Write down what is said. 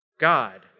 God